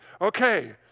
Okay